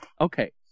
Okay